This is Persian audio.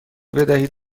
بدهید